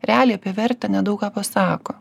realiai apie vertę nedaug ką pasako